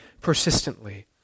persistently